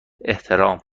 احترام